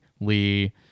Lee